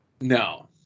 No